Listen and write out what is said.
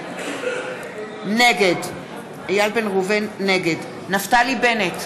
נגד נפתלי בנט,